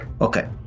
Okay